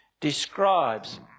describes